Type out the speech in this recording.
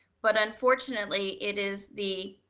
but unfortunately it is the,